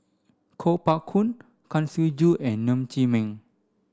Kuo Pao Kun Kang Siong Joo and Ng Chee Meng